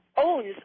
owns